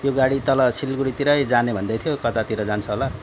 त्यो गाडी तल सिलगढीतिरै जाने भन्दै थियो कतातिर जान्छ होला